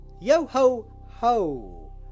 Yo-ho-ho